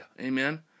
Amen